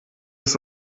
ist